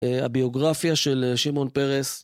הביוגרפיה של שמעון פרס.